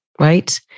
right